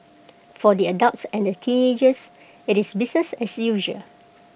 for the adults and the teenagers IT is business as usual